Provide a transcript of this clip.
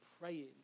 praying